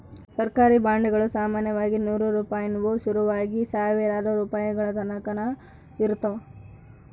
ಸರ್ಕಾರಿ ಬಾಂಡುಗುಳು ಸಾಮಾನ್ಯವಾಗಿ ನೂರು ರೂಪಾಯಿನುವು ಶುರುವಾಗಿ ಸಾವಿರಾರು ರೂಪಾಯಿಗಳತಕನ ಇರುತ್ತವ